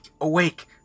awake